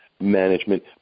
management